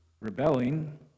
rebelling